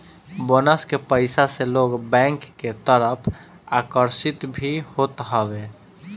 bonus के पईसा से लोग बैंक के तरफ आकर्षित भी होत हवे